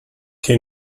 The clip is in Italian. che